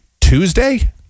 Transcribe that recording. Tuesday